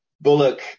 Bullock